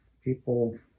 people